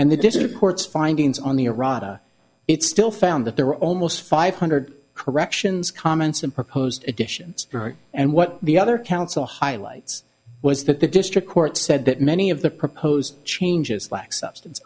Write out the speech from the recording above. reports findings on the iraq it's still found that there were almost five hundred corrections comments and proposed additions and what the other council highlights was that the district court said that many of the proposed changes lacks substance